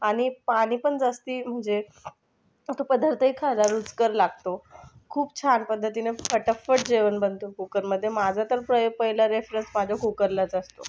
आणि पाणीपण जास्ती म्हणजे तो पदार्थही खायला रुचकर लागतो खूप छान पद्धतीने फटाफट जेवण बनतं कुकरमध्ये माझा तर पहिला रेफरन्स माझ्या कुकरलाच असतो